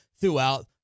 throughout